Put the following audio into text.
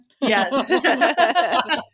Yes